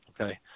Okay